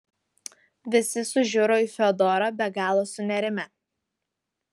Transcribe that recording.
visi sužiuro į fiodorą be galo sunerimę